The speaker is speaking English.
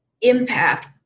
impact